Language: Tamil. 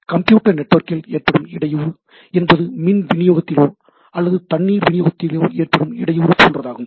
கம்ப்யூட்டர் நெட்வொர்க்கில் ஏற்படும் இடையூறு என்பது மின் வினியோகத்திலோ அல்லது தண்ணீர் வினியோகத்திலோ ஏற்படும் இடையூறு போன்றதாகும்